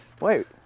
wait